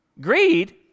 Greed